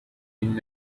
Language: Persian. این